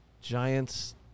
Giants